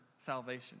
salvation